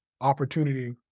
opportunity